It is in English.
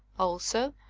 also,